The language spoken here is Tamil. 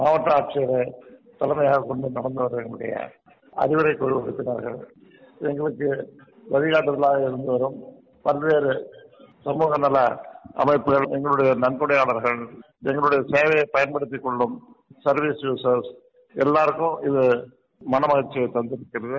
மாவட்ட ஆட்சியர் தலைமையாக கொண்டு நடந்தவரும் எங்களுடைய அறிவொளி குழு உறுப்பினர்கள் எங்களுக்கு வழிகாட்டுதலாக இருந்து வரும் பல்வேறு சமூக நல அமைப்புகள் எங்களுடைய நன்கொடையாளர்கள் எங்களுடைய சேவையை பயன்படுத்திக் கொள்ளும் சர்வீல் யூசருக்கு எல்லாருக்கும் இது மனமகிழ்ச்சியை தந்திருக்கிறது